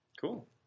Cool